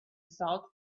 salt